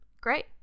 Great